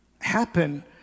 happen